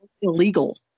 illegal